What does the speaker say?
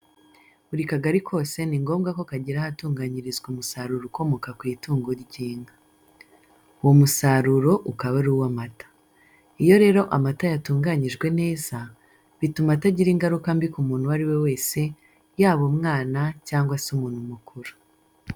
Buri kagari kose ni ngombwa ko kagira ahatunganyirizwa umusaruro ukomoka ku itungo ry'inka. Uwo musaruro ukaba ari uw'amata. Iyo rero amata yatunganyijwe neza, bituma atagira ingaruka mbi ku muntu uwo ari we wese, yaba umwana cyangwa se umuntu mukuru.